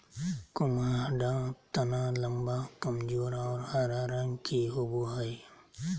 कुम्हाडा तना लम्बा, कमजोर और हरा रंग के होवो हइ